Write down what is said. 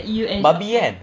babi kan